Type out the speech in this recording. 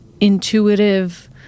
intuitive